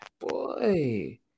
Boy